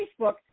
Facebook